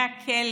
מהכלא